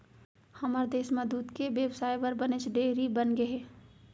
हमर देस म दूद के बेवसाय बर बनेच डेयरी बनगे हे